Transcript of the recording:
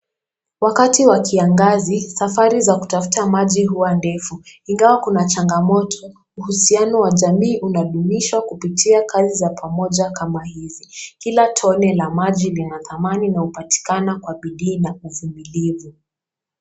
Wakati wa kiangazi, safari za kutafuta maji huwa ndefu. Ingawa kuna changamoto, uhusiano wa jamii unadumishwa kupitia kazi za pamoja kama hizi. Kila tone la maji lina thamani na hupatikana kwa bidii na uvumilivu.